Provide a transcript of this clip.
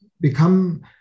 become